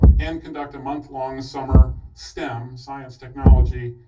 and conduct a month long summer stem, science, technology,